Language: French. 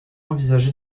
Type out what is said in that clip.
envisagé